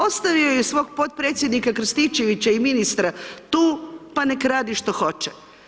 Ostavio je i svog potpredsjednika Krstičevića i ministra tu, pa nek radi što hoće.